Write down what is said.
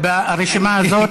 ברשימה הזאת,